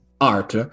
art